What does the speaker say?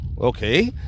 okay